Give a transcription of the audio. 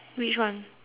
which one